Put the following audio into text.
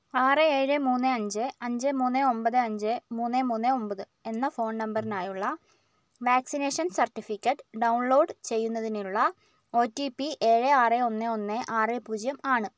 ആറ് ഏഴ് മൂന്ന് അഞ്ച് അഞ്ച് മൂന്ന് ഒമ്പത് അഞ്ച് മൂന്ന് മൂന്ന് ഒമ്പത് എന്ന ഫോൺ നമ്പറിനായുള്ള വാക്സിനേഷൻ സർട്ടിഫിക്കറ്റ് ഡൗൺലോഡ് ചെയ്യുന്നതിനുള്ള ഒ ടി പി ഏഴ് ആറ് ഒന്ന് ഒന്ന് ആറ് പൂജ്യം ആണ്